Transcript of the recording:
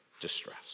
distress